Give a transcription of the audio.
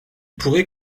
pourrait